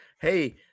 Hey